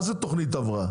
מה זאת תוכנית הבראה?